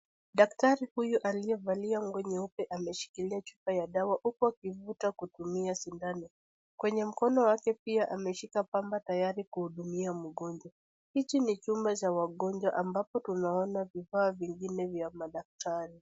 Daktari huyu aliyevalia nguo nyeupe ameshikilia chupa ya dawa huku akivuta kwa kutumia sindano. Kwenye mkono wake pia ameshika pamba tayari kuhudumia mgonjwa. Hiki ni chumba cha wagonjwa ambapo tunaona vifaa vingine vya madaktari.